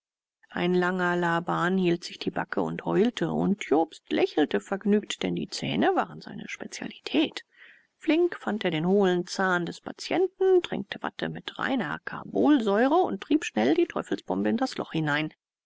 ein langer laban hielt sich die backe und heulte und jobst lächelte vergnügt denn die zähne waren seine spezialität flink fand er den hohlen zahn des patienten tränkte watte mit reiner karbolsäure und trieb schnell die teufelsbombe in das loch hinein